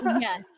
yes